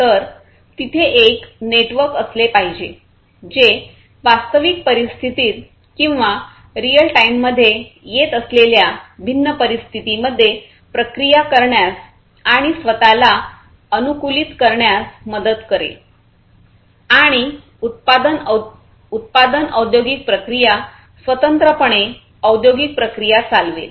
तर तिथे एक नेटवर्क असले पाहिजे जे वास्तविक परिस्थितीत किंवा रिअल टाइममध्ये येत असलेल्या भिन्न परिस्थितींमध्ये प्रक्रिया करण्यास आणि स्वत ला अनुकूलित करण्यात मदत करेल आणि उत्पादन औद्योगिक प्रक्रिया स्वतंत्रपणे औद्योगिक प्रक्रिया चालवेल